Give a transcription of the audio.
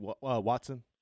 Watson